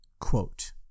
Quote